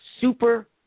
super